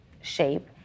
shape